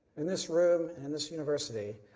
and this room and this university,